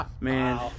Man